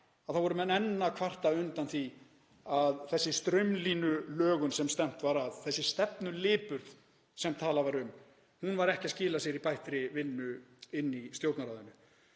voru menn enn að kvarta undan því að þessi straumlínulögun sem stefnt var að, þessi stefnulipurð sem talað var um, væri ekki að skila sér í bættri vinnu inni í Stjórnarráðinu.